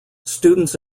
students